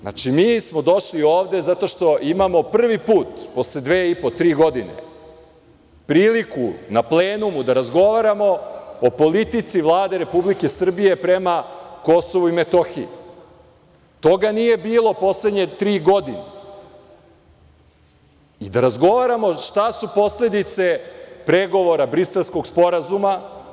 Znači, mi smo došli ovde zato što imamo prvi put posle dve i po, tri godine priliku na plenumu da razgovaramo o politici Vlade Republike Srbije prema KiM, toga nije bilo poslednje tri godine, i da razgovaramo šta su posledice pregovora, Briselskog sporazuma.